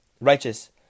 righteous